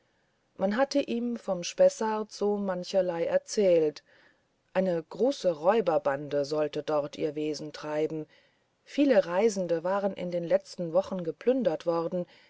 man hatte ihm vom spessart so mancherlei erzählt eine große räuberbande sollte dort ihr wesen treiben viele reisende waren in den letzten wochen geplündert worden